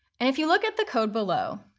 and if you look at the code below,